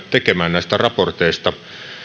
tekemään näistä raporteista